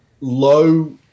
low